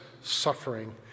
suffering